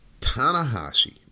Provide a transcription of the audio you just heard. Tanahashi